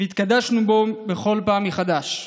והתקדשנו בו בכל פעם מחדש.